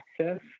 Access